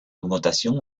augmentation